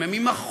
אם הן יימכרו,